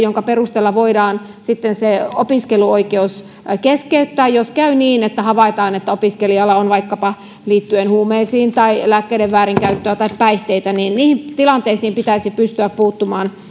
jonka perusteella voidaan sitten opiskeluoikeus keskeyttää jos käy niin että havaitaan että opiskelijalla on vaikkapa huumeiden lääkkeiden tai päihteiden väärinkäyttöä niihin tilanteisiin pitäisi pystyä puuttumaan